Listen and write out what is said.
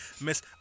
Miss